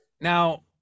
Now